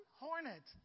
hornet